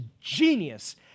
genius